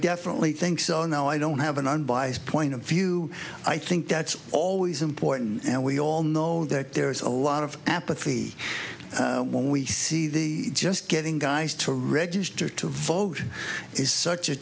definitely think so no i don't have an unbiased point of view i think that's always important and we all know that there is a lot of apathy when we see the just getting guys to register to vote is such a